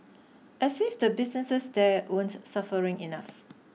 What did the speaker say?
as if the businesses there weren't suffering enough